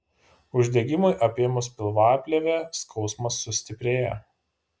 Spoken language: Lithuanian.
uždegimui apėmus pilvaplėvę skausmas sustiprėja